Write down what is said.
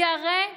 כי הרי החוק,